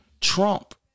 Trump